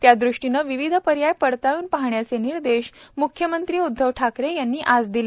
त्यादृष्टीने विविध पर्याय पडताळून पाहण्याचे निर्देश म्ख्यमंत्री उद्धव ठाकरे यांनी आज दिले